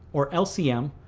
or lcm,